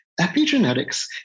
Epigenetics